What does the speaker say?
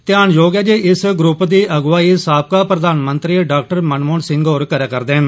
ध्यान योग ऐ जे इस ग्रुप दी अगुवाई साबका प्रधानमंत्री डॉ मनमोहन सिंह होर करै करदे न